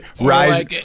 rise